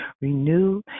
renew